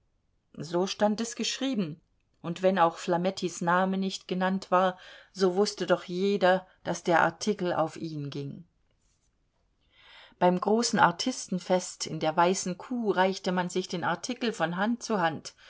so stand es geschrieben und wenn auch flamettis name nicht genannt war so wußte doch jeder daß der artikel auf ihn ging beim großen artistenfest in der weißen kuh reichte man sich den artikel von hand zu hand